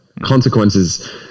consequences